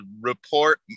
report